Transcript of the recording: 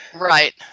Right